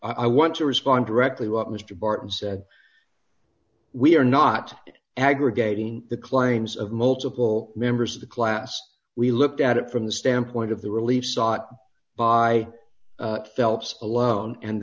to i want to respond directly what mr barton said we are not aggregating the claims of multiple members of the class we looked at it from the standpoint of the relief sought by phelps alone and